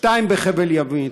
שניים בחבל ימית,